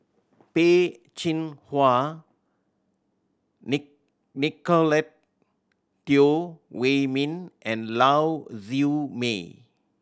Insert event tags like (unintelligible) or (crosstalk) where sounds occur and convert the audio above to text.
Peh Chin Hua (unintelligible) Nicolette Teo Wei Min and Lau Siew Mei